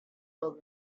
old